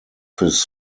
his